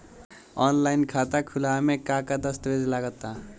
Online खाता खूलावे म का का दस्तावेज लगा ता?